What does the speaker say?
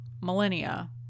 millennia